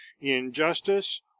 injustice